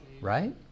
right